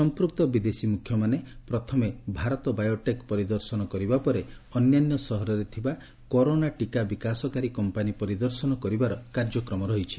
ସମ୍ପ୍ରକ୍ତ ବିଦେଶୀ ମୁଖ୍ୟମାନେ ପ୍ରଥମେ ଭାରତ ବାୟୋଟେକ୍ ପରିଦର୍ଶନ କରିବା ପରେ ଅନ୍ୟାନ୍ୟ ସହରରେ ଥିବା କରୋନା ଟୀକା ବିକାଶକାରୀ କମ୍ପାନୀ ପରିଦର୍ଶନ କରିବାର କାର୍ଯ୍ୟକ୍ରମ ରହିଛି